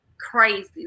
crazy